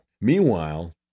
Meanwhile